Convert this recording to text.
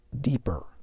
deeper